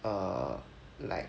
err like